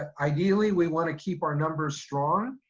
ah ideally we want to keep our numbers strong.